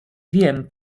wiem